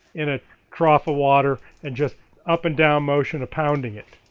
in a troth of water and just up and down motion of pounding it